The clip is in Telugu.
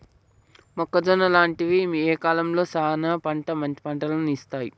మొక్కజొన్న లాంటివి ఏ కాలంలో సానా మంచి పంటను ఇత్తయ్?